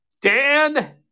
Dan